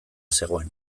zegoen